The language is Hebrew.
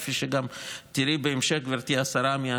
כפי שגם תראי בהמשך מהשמות,